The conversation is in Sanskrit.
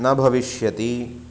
न भविष्यति